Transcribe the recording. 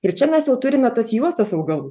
ir čia mes jau turime tas juostas augalų